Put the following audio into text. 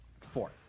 Four